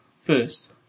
first